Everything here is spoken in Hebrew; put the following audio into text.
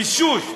מישוש.